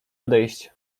odejść